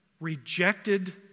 rejected